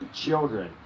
children